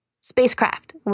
spacecraft